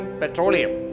petroleum